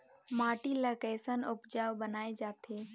माटी ला कैसन उपजाऊ बनाय जाथे?